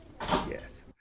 Yes